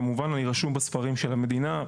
כמובן אני רשום בספרים של המדינה.